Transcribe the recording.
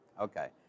Okay